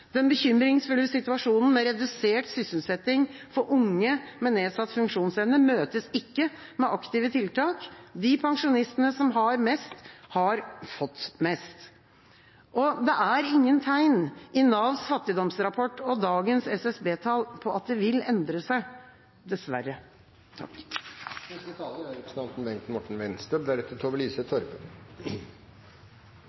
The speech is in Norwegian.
Den bekymringsfulle situasjonen med redusert sysselsetting for unge med nedsatt funksjonsevne møtes ikke med aktive tiltak. De pensjonistene som har mest, har fått mest. Det er ingen tegn i Navs fattigdomsrapport og dagens SSB-tall til at det vil endre seg – dessverre. Et av de grunnleggende trekkene ved det norske velferdssamfunnet er